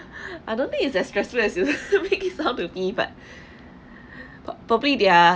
I don't think it's as stressful as you make it sound to be but probably their